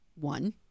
One